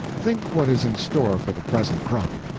think what is in store for the present crop!